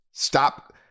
Stop